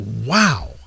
wow